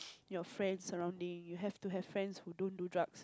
your friends surrounding you have to have friends who don't do drugs